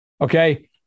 Okay